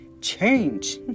change